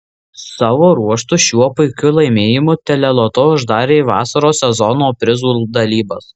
savo ruožtu šiuo puikiu laimėjimu teleloto uždarė vasaros sezono prizų dalybas